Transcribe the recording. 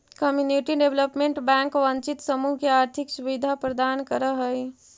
community development bank वंचित समूह के आर्थिक सुविधा प्रदान करऽ हइ